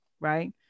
right